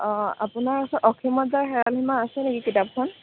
অঁ আপোনাৰ ওচৰত অসীমত যাৰ হেৰাল সীমা আছে নেকি কিতাপখন